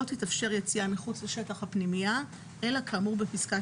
לא תתאפשר יציאה מחוץ לשטח הפנימייה אלא כאמור בפסקת